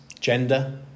gender